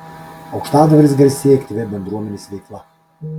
aukštadvaris garsėja aktyvia bendruomenės veikla